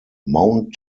mount